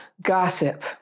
gossip